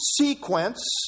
sequence